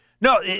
no